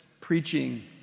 preaching